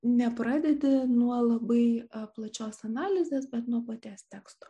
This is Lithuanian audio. nepradedi nuo labai plačios analizės bet nuo paties teksto